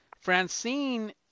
Francine